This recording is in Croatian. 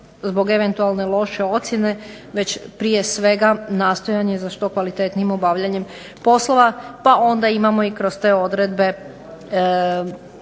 zbog eventualne loše ocjene već prije svega nastojanje za što kvalitetnijim obavljanjem poslova. Pa onda imamo i kroz te odredbe